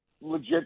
legit